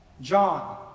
John